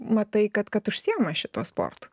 matai kad kad užsiima šituo sportu